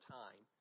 time